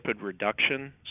reduction